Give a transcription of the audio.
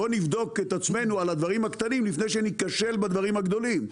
בוא נבדוק את עצמנו על הדברים הקטנים לפני שניכשל בדברים הגדולים.